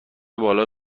بالای